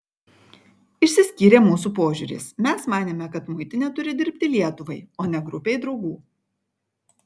išsiskyrė mūsų požiūris mes manėme kad muitinė turi dirbti lietuvai o ne grupei draugų